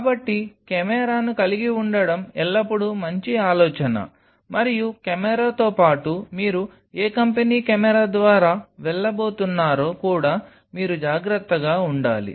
కాబట్టి కెమెరాను కలిగి ఉండటం ఎల్లప్పుడూ మంచి ఆలోచన మరియు కెమెరాతో పాటు మీరు ఏ కంపెనీ కెమెరా ద్వారా వెళ్లబోతున్నారో కూడా మీరు జాగ్రత్తగా ఉండాలి